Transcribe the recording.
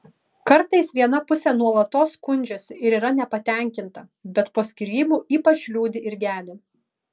kartais viena pusė nuolatos skundžiasi ir yra nepatenkinta bet po skyrybų ypač liūdi ir gedi